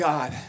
God